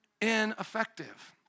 ineffective